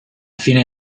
fine